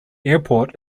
airport